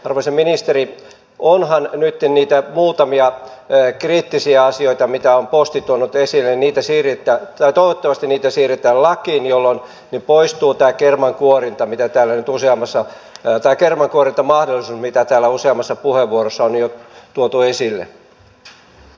arvoisa ministeri toivottavasti niitä muutamia kriittisiä asioita mitä on posti tuonut esille niitä siitä että toivottavasti niitä siirretään lakiin jolloin poistuu tai kerman kuorinta mitä täällä nyt tämä kermankuorintamahdollisuus mitä täällä useammassa puheenvuorossa on jo tuotu esille